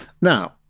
Now